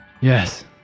Yes